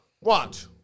Watch